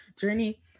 journey